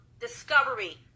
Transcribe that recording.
discovery